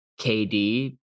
KD